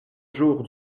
jours